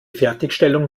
fertigstellung